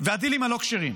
והדילים הלא-כשרים.